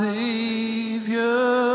Savior